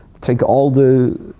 take all the